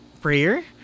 prayer